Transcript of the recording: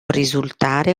risultare